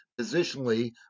positionally